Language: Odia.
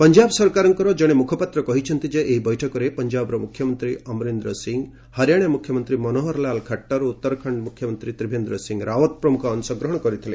ପଞ୍ଜାବ ସରକାରଙ୍କ ଜଣେ ମୁଖପାତ୍ର କହିଛନ୍ତି ଯେ ଏହି ବୈଠକରେ ପଞ୍ଜାବର ମୁଖ୍ୟମନ୍ତ୍ରୀ ଅମରିନ୍ଦ୍ର ସିଂ ହରିଆନା ମୁଖ୍ୟମନ୍ତ୍ରୀ ମନୋହରଲାଲ୍ ଖଟ୍ଟର ଓ ଉତ୍ତରାଖଣ୍ଡ ମୁଖ୍ୟମନ୍ତ୍ରୀ ତ୍ରିଭେନ୍ଦ୍ର ସିଂ ରାଓ୍ୱତ ଅଂଶ ଗ୍ରହଣ କରିଥିଲେ